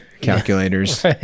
calculators